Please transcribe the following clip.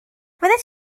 fyddet